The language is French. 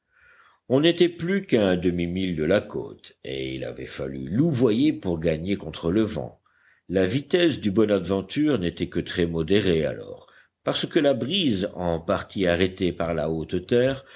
on n'était plus qu'à un demi-mille de la côte et il avait fallu louvoyer pour gagner contre le vent la vitesse du bonadventure n'était que très modérée alors parce que la brise en partie arrêtée par la